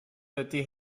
dydy